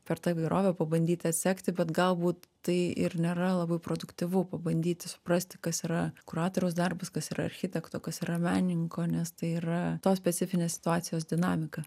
per tą įvairovę pabandyti atsekti bet galbūt tai ir nėra labai produktyvu pabandyti suprasti kas yra kuratoriaus darbas kas yra architekto kas yra menininko nes tai yra tos specifinės situacijos dinamika